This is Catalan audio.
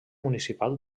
municipal